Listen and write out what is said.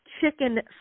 Chicken